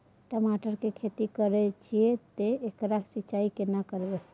टमाटर की खेती करे छिये ते एकरा सिंचाई केना करबै?